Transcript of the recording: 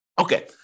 Okay